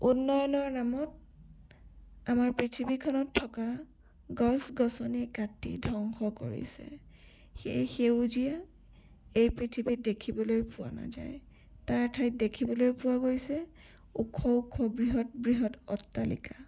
উন্নয়নৰ নামত আমাৰ পৃথিৱীখনত থকা গছ গছনি কাটি ধ্বংস কৰিছে সেই সেউজীয়া এই পৃথিৱীত দেখিবলৈ পোৱা নাযায় তাৰ ঠাইত দেখিবলৈ পোৱা গৈছে ওখ ওখ বৃহৎ বৃহৎ অট্টালিকা